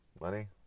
money